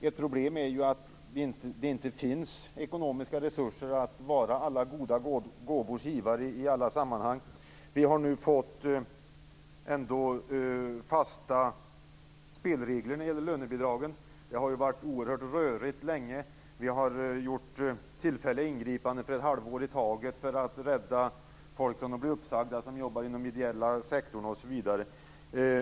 Ett problem är att det inte finns ekonomiska resurser att vara alla goda gåvors givare i alla sammanhang. Vi har nu ändå fått fasta spelregler när det gäller lönebidragen. Det har varit oerhört rörigt länge. Vi har gjort tillfälliga ingripanden ett halvår i taget för att rädda folk från att bli uppsagda inom den ideella sektorn osv.